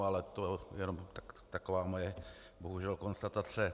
Ale to jenom taková moje bohužel konstatace.